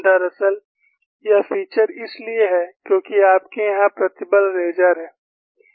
दरअसल यह फीचर इसलिए है क्योंकि आपके यहां प्रतिबल रेजर है